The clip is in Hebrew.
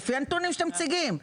לפי הנתונים שאתם מציגים,